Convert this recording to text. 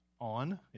on